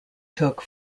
took